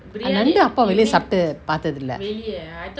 ah நண்டு அப்பா வெளிய சாப்ட்டு பாத்ததில்ல:nandu appa veliya saaptu paathathilla